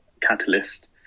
catalyst